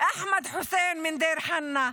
אחמד חוסיין מדיר חנא,